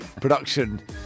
Production